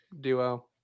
duo